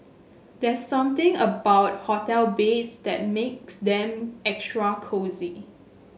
there's something about hotel beds that makes them extra cosy